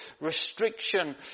restriction